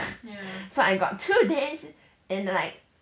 so I got two days and like